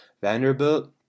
Vanderbilt